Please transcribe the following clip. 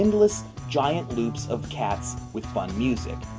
endless giant loops of cats with fun music.